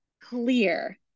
clear